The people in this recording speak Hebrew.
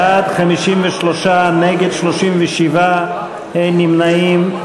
בעד, 53, נגד, 37, אין נמנעים.